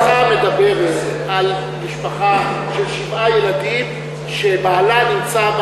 חברתך מדברת על משפחה של שבעה ילדים שבעלה נמצא,